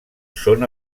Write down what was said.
són